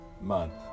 month